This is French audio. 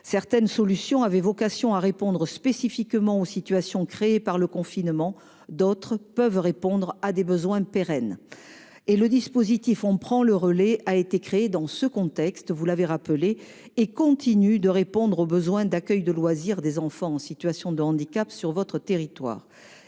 Certaines solutions avaient vocation à répondre spécifiquement aux situations créées par le confinement. D'autres peuvent répondre à des besoins pérennes. Le dispositif « On Prend Le Relais !» a été créé dans ce contexte, et continue de répondre aux besoins d'accueil de loisirs des enfants en situation de handicap sur votre territoire.